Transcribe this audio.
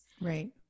Right